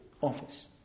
office